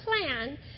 plan